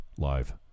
live